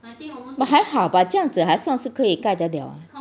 but 还好吧这样子还算是可以盖的了